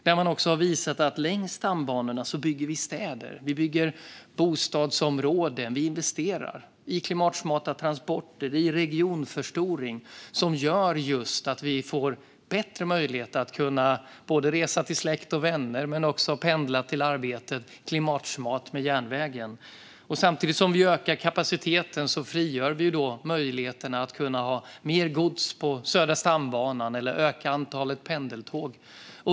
Man visade också att vi längs stambanorna ska bygga städer och bostadsområden. Vi ska investera i klimatsmarta transporter och i regionförstoring, så att vi med järnvägen får bättre möjlighet att resa till släkt och vänner och att pendla till arbetet klimatsmart. Samtidigt som vi ökar kapaciteten frigör vi möjligheten att ha mer gods på Södra stambanan eller att öka antalet pendeltåg.